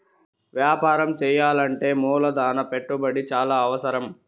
వ్యాపారం చేయాలంటే మూలధన పెట్టుబడి చాలా అవసరం